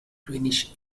greenish